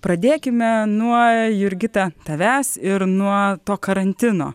pradėkime nuo jurgita tavęs ir nuo to karantino